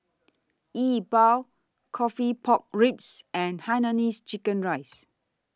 Yi Bua Coffee Pork Ribs and Hainanese Chicken Rice